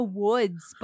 woods